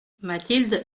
mathilde